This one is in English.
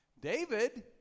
david